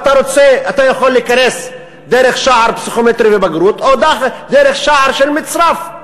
אתה יכול להיכנס דרך שער פסיכומטרי ובגרות או דרך שער של מצרף.